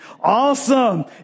Awesome